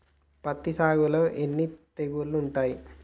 పత్తి సాగులో ఎన్ని తెగుళ్లు ఉంటాయి?